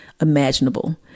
imaginable